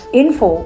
info